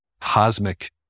cosmic